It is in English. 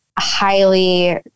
highly